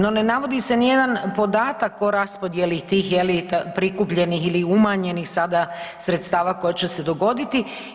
No, ne navodi se ni jedan podatak o raspodijeli tih je li prikupljenih ili umanjenih sada sredstava koja će se dogoditi.